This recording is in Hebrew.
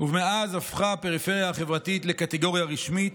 מאז הפכה הפריפריה החברתית לקטגוריה רשמית,